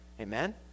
Amen